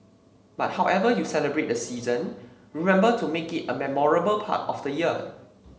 but however you celebrate the season remember to make it a memorable part of the year